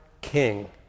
king